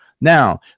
now